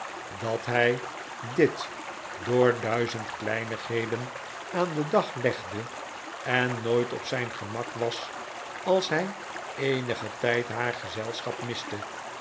dat hij dit door duizend kleinigheden aan den dag leg de en nooit op zijn gemak was als hij eenigen tijd haar gezelschap miste